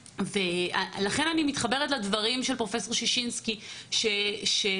לכן אני מתחברת לדברים של פרופ' ששינסקי שאומר,